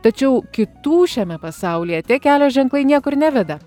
tačiau kitų šiame pasaulyje tie kelio ženklai niekur neveda